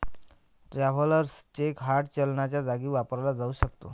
travellers cheque hard चलनाच्या जागी वापरला जाऊ शकतो